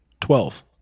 Twelve